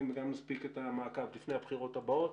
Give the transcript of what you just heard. וגם נספיק את המעקב לפני הבחירות הבאות.